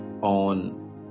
on